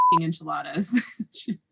enchiladas